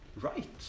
right